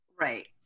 right